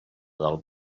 del